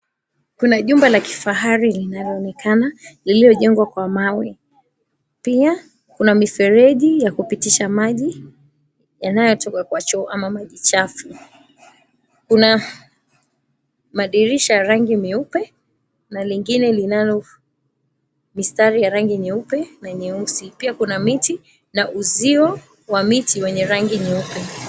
Kuna jumba la kifahari linaloonekana, lililojengwa kwa mawe. Pia kuna mifereji ya kupitisha maji, yanayotoka kwa choo ama maji chafu. Kuna madirisha rangi meupe, na lingine linalo mistari ya rangi nyeupe na nyeusi. Pia kuna miti, na uzio wa miti wenye rangi nyeupe.